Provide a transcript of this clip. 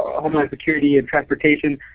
ah homeland security and transportation.